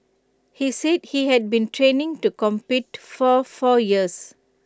he said he had been training to compete for four years